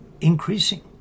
increasing